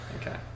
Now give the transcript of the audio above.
Okay